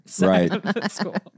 Right